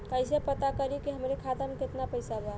कइसे पता करि कि हमरे खाता मे कितना पैसा बा?